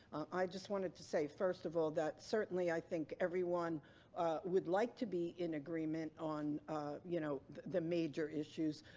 i just wanted to say first of all that certainly i think everyone would like to be in agreement on you know the major issues,